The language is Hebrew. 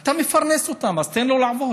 אתה מפרנס אותם, אז תן להם לעבוד.